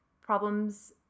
problems